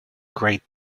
great